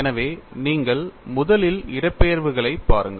எனவே நீங்கள் முதலில் இடப்பெயர்வுகளைப் பாருங்கள்